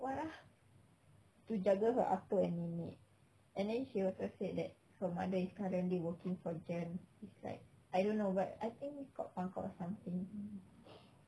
what ah to jaga her atuk and nenek and then she said that her mother is currently working for jems I don't know but I think got out something